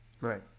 Right